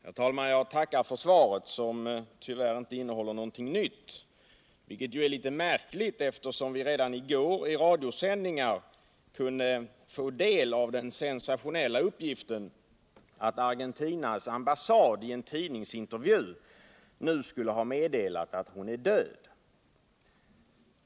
Herr talman! Jag tackar för svaret, som tyvärr inte innehåller något nytt, vilket är litet märkligt, eftersom vi redan i går i radiosändningar kunde få del av den sensationella uppgiften att Argentinas ambassad i en tidningsintervju nu skulle ha meddelat att Dagmar Hagelin är död.